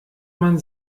man